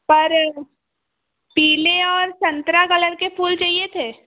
पर पीले और संतरा कलर के फूल चाहिए थे